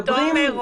פשוט מרגש...